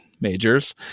majors